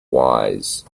wise